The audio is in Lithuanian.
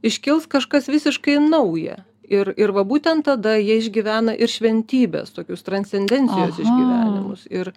iškils kažkas visiškai nauja ir ir va būtent tada jie išgyvena ir šventybės tokius transcendencijos išgyvenimus ir